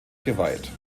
geweiht